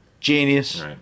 genius